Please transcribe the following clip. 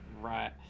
right